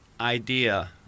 idea